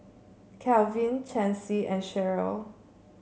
Kalvin Chancey and Sheryll